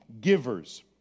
givers